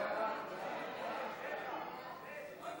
סעיף 1